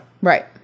Right